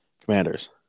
Commanders